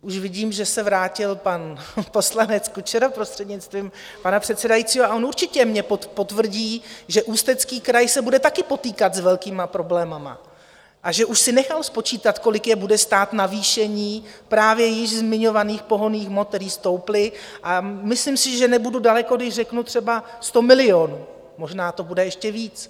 Už vidím, že se vrátil pan poslanec Kučera, prostřednictvím pana předsedajícího, a on určitě mě potvrdí, že Ústecký kraj se bude také potýkat s velkými problémy a že už si nechal spočítat, kolik je bude stát navýšení právě již zmiňovaných pohonných hmot, které stouply, a myslím si, že nebudu daleko, když řeknu třeba 100 milionů, možná to bude ještě víc.